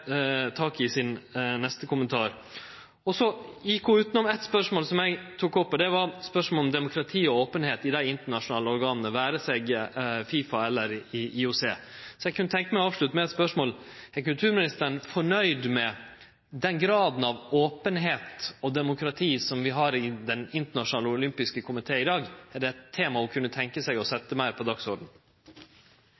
tak i i den neste kommentaren sin. Ho gjekk òg utanom eitt spørsmål som eg tok opp, og det var spørsmålet om demokrati og openheit i dei internasjonale organa, det vere seg FIFA eller IOC. Så eg kunne tenkje meg å avslutte med eit spørsmål: Er kulturministeren fornøgd med den graden av openheit og demokrati som vi har i Den internasjonale olympiske komité i dag – er det eit tema ho kunne tenkje seg å